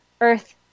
earth